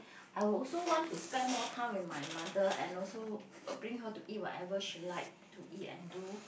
I would also want to spend more time with my mother and also uh bring her to eat whatever she like to eat and do